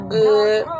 good